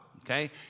Okay